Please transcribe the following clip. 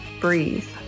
Breathe